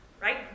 right